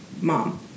Mom